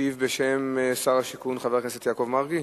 ישיב בשם שר השיכון, חבר הכנסת יעקב מרגי?